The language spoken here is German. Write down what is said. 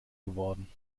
geworden